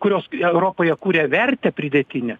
kurios europoje kuria vertę pridėtinę